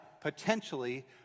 potentially